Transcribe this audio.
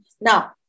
Now